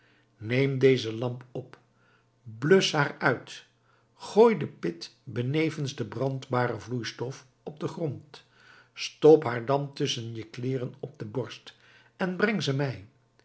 neem deze lamp op blusch haar uit gooi de pit benevens de brandbare vloeistof op den grond stop haar dan tusschen je kleeren op de borst en breng ze mij